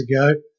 ago